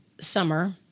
summer